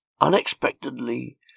unexpectedly